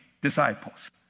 disciples